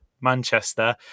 manchester